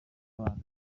abana